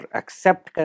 accept